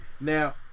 Now